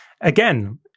Again